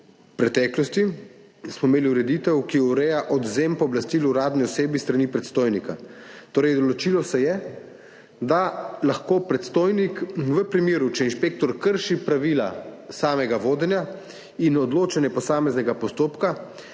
V preteklosti smo imeli ureditev, ki ureja odvzem pooblastil uradni osebi s strani predstojnika. Torej, določilo se je, da lahko predstojnik v primeru, če inšpektor krši pravila samega vodenja in odločanja posameznega postopka,